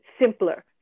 simpler